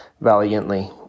valiantly